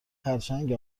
خرچنگ